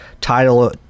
title